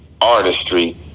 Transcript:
artistry